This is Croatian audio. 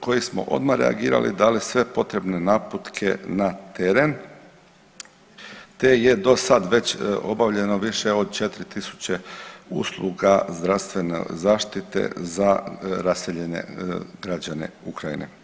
koji smo odmah reagirali, dali sve potrebne naputke na teren te je dosada već obavljeno više od 4.000 usluga zdravstvene zaštite za raseljene građane Ukrajine.